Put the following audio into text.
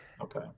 Okay